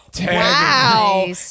Wow